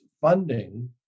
funding